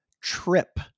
Trip